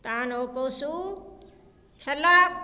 तहन ओ पशु खेलक